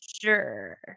sure